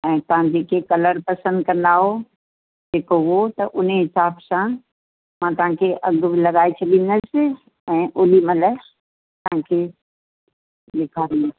ऐं तव्हां जेके कलर पसंदि कंदा आहियो जेको उहो त हुन हिसाब सां मां तव्हांखे अघ बि लॻाए छॾींदसि ऐं ओॾी महिल तव्हांखे ॾेखारींदसि